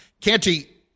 Canty